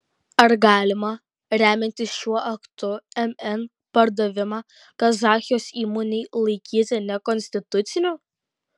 ar galima remiantis šiuo aktu mn pardavimą kazachijos įmonei laikyti nekonstituciniu